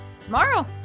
tomorrow